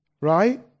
right